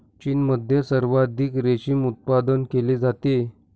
चीनमध्ये सर्वाधिक रेशीम उत्पादन केले जाते